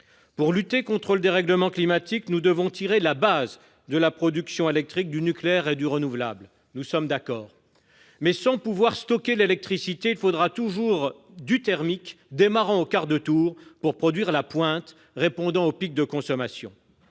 Pour lutter contre le dérèglement climatique, nous devons tirer la base de la production électrique du nucléaire et du renouvelable. Nous sommes d'accord sur ce point, mais, en l'absence de solution pour stocker l'électricité, il faudra toujours du thermique, qui démarre au quart de tour, pour produire la pointe et répondre aux pics de consommation.